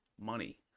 money